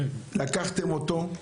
לקחתם אותו,